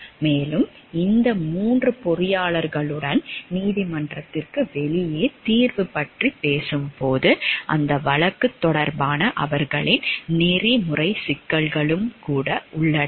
மேலும் இந்த 3 பொறியாளர்களுடன் நீதிமன்றத்திற்கு வெளியே தீர்வு பற்றி பேசும்போது அந்த வழக்கு தொடர்பான அவர்களின் நெறிமுறை சிக்கல்களும் கூட